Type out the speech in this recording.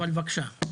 אבל בבקשה.